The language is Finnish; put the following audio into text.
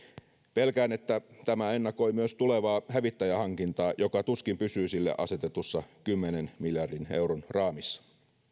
pelkään että tämä ennakoi myös tulevaa hävittäjähankintaa joka tuskin pysyy sille asetetussa kymmenen miljardin euron raamissa